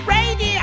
Radio